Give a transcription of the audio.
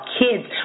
kids